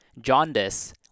jaundice